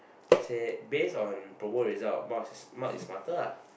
say based on promo result Mark is Mark is smarter ah